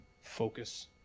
Focus